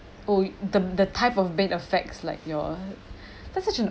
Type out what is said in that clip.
oh th~ the type of bed affects like your that's such an